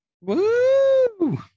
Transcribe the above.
Woo